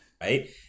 right